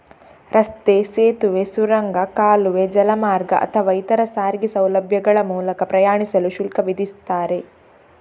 ರಸ್ತೆ, ಸೇತುವೆ, ಸುರಂಗ, ಕಾಲುವೆ, ಜಲಮಾರ್ಗ ಅಥವಾ ಇತರ ಸಾರಿಗೆ ಸೌಲಭ್ಯಗಳ ಮೂಲಕ ಪ್ರಯಾಣಿಸಲು ಶುಲ್ಕ ವಿಧಿಸ್ತಾರೆ